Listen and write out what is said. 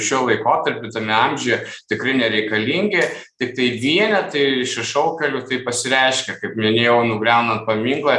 šiuo laikotarpiu tame amžiuje tikrai nereikalingi tiktai vienetai išsišokėlių tai pasireiškia kaip minėjau nugriaunant paminklą